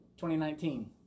2019